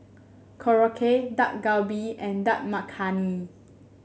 Korokke Dak Galbi and Dal Makhani